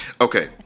Okay